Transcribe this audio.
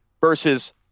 versus